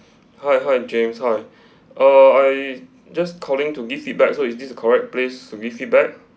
hi hi james hi uh I just calling to give feedback so is this the correct place to give feedback